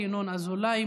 ינון אזולאי,